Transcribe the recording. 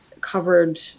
covered